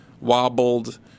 wobbled